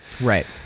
right